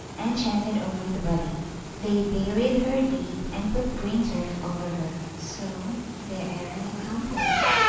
and chanted over the body they buried her deep, and put green turf over her. so, their errand accomplished,